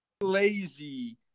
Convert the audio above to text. lazy